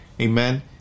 Amen